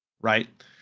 right